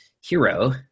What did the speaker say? hero